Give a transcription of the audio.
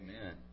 Amen